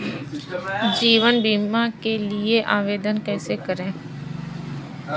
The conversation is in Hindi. जीवन बीमा के लिए आवेदन कैसे करें?